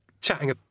chatting